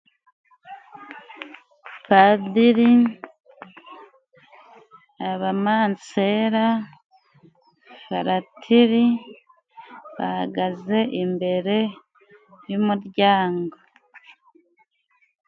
Padiri, abamansera, faratiri bahagaze imbere y'umuryango.